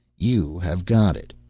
you have got it.